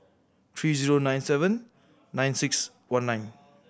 three zero nine seven nine six one nine